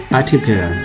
article